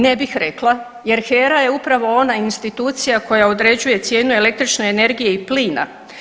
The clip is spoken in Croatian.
Ne bih rekla jer HERA je upravo ona institucija koja određuje cijenu električne energije i plina.